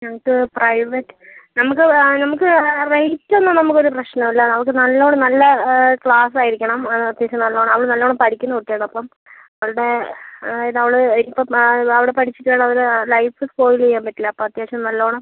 ഞങ്ങൾക്ക് പ്രൈവറ്റ് നമുക്ക് നമുക്ക് റേറ്റ് ഒന്നും നമുക്ക് ഒരു പ്രശ്നം ഇല്ല നമുക്ക് നല്ലവണ്ണം നല്ല ക്ലാസ് ആയിരിക്കണം അത്യാവശ്യം നല്ലവണ്ണം അവൾ നല്ലവണ്ണം പഠിക്കുന്ന കുട്ടിയാണ് അപ്പം അവളുടെ അതായത് അവൾ അതിനിപ്പം അവിടെ പഠിച്ചിട്ടുള്ള ഒരു ലൈഫ് സ്പോയിൽ ചെയ്യാൻ പറ്റില്ല അപ്പം അത്യാവശ്യം നല്ലവണ്ണം